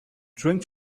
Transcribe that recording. drawing